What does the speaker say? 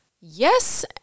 Yes